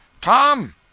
Tom